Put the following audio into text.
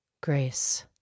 grace